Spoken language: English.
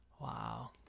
Wow